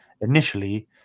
initially